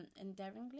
endearingly